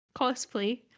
cosplay